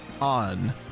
on